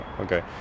Okay